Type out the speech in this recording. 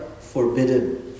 Forbidden